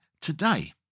today